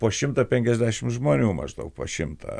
po šimtą penkiasdešimt žmonių maždaug po šimtą